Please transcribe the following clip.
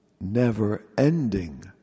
never-ending